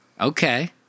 Okay